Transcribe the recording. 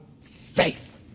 faith